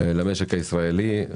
למשק הישראלי.